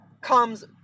comes